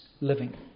living